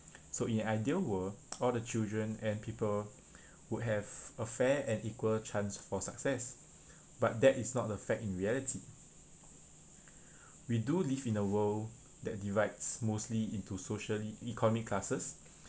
so in an ideal world all the children and people would have a fair and equal chance for success but that is not the fact in reality we do live in a world that divides mostly into socially economic classes